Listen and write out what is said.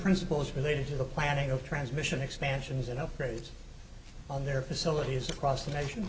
principles relating to the planning of transmission expansions and upgrades on their facilities across the nation